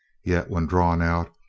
yet when drawn out,